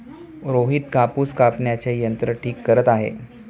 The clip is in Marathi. रोहित कापूस कापण्याचे यंत्र ठीक करत आहे